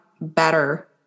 better